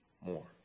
more